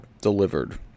delivered